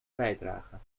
bijdrage